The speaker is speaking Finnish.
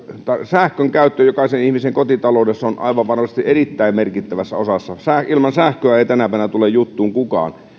sähkön käyttö jokaisen ihmisen kotitaloudessa on aivan varmasti erittäin merkittävässä osassa ilman sähköä ei tänä päivänä tule juttuun kukaan